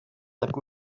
let